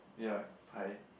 ya pie